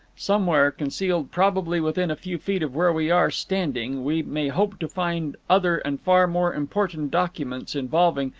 somewhere, concealed probably within a few feet of where we are standing, we may hope to find other and far more important documents, involving,